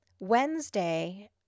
Wednesday